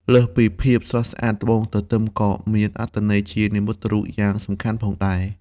លើសពីភាពស្រស់ស្អាត ត្បូងទទឹមក៏មានអត្ថន័យជានិមិត្តរូបយ៉ាងសំខាន់ផងដែរ។